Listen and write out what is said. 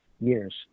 years